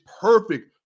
perfect